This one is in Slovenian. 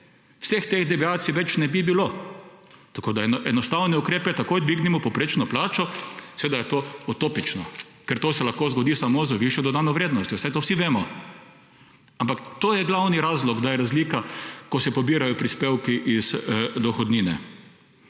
vseh teh deviacij več ne bi bilo. Tako da enostavni ukrepi: takoj dvignimo povprečno plačo – seveda je to utopično, ker to se lahko zgodi samo z višjo dodano vrednostjo. Saj to vsi vemo. Ampak to je glavni razlog, da je razlika, ko se pobirajo prispevki iz dohodnine.